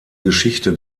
geschichte